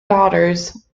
daughters